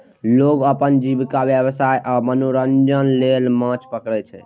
लोग अपन जीविका, व्यवसाय आ मनोरंजन लेल माछ पकड़ै छै